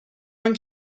non